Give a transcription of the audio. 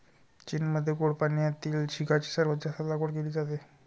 चीनमध्ये गोड पाण्यातील झिगाची सर्वात जास्त लागवड केली जाते